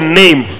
name